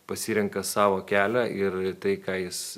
pasirenka savo kelią ir ir tai ką jis